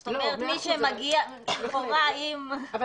זאת אומרת מי שמגיע לכאורה עם --- לא,